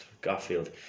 Garfield